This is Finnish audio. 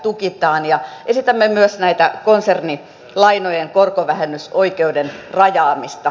ja esitämme myös konsernilainojen korkovähennysoikeuden rajaamista